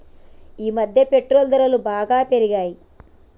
ఈమధ్య పెట్రోల్ ధరలు బాగా పెరిగాయి